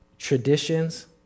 Traditions